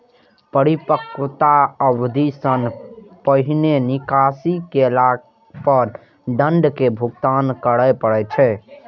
परिपक्वता अवधि सं पहिने निकासी केला पर दंड के भुगतान करय पड़ै छै